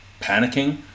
panicking